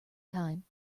time